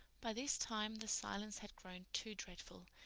by this time the silence had grown too dreadful,